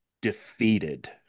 defeated